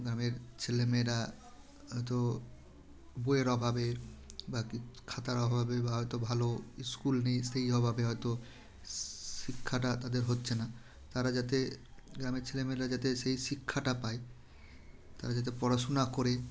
গ্রামের ছেলে মেয়েরা হয়তো বইয়ের অভাবে বা কী খাতার অভাবে বা হয়তো ভালো স্কুল নেই সেই অভাবে হয়তো শিক্ষাটা তাদের হচ্ছে না তারা যাতে গ্রামের ছেলে মেয়েরা যাতে সেই শিক্ষাটা পায় তারা যাতে পড়াশুনা করে